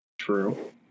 True